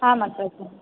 आम् अग्रज